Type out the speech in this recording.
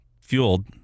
fueled